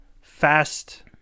Fast